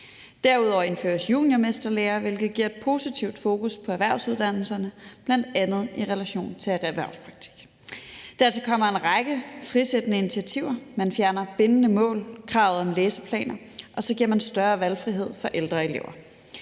Derudover indføres juniormesterlære, hvilket giver et positivt fokus på erhvervsuddannelserne, bl.a. i relation til erhvervspraktik. Dertil kommer en række frisættende initiativer. Man fjerner bindende mål og kravet om læseplaner, og så giver man større valgfrihed for ældre elever.